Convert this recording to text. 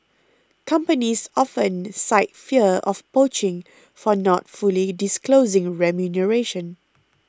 companies often cite fear of poaching for not fully disclosing remuneration